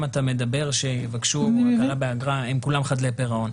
אתה מדבר שיבקשו הקלה באגרה הם כולם חדלי פירעון,